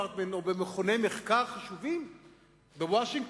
או במכוני מחקר חשובים בוושינגטון,